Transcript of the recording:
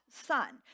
son